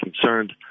concerned